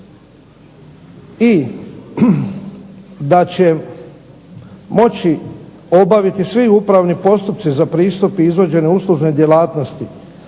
i da će moći obaviti svi upravni postupci za pristup i izvođene uslužne djelatnosti,